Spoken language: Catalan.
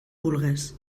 vulgues